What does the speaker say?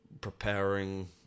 preparing